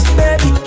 baby